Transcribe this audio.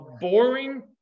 boring